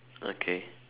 okay